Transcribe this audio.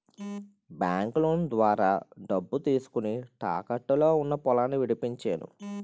బాంకులోను ద్వారా డబ్బు తీసుకొని, తాకట్టులో ఉన్న పొలాన్ని విడిపించేను